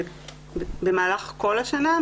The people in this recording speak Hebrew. במהלך כל השנה,